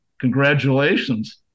Congratulations